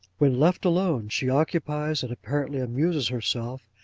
when left alone, she occupies and apparently amuses herself,